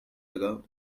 ago